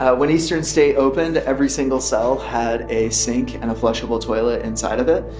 ah when eastern state opened, every single cell had a sink and a flushable toilet inside of it,